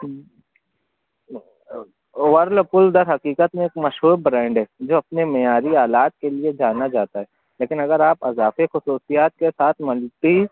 Whirlpool درحقیقت ایک مشہور برینڈ ہے جو اپنے معیاری آلات کے لیے جانا جاتا ہے لیکن اگر آپ اضافی خصوصیات کے ساتھ ملٹی